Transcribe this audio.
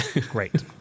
great